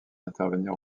intervenir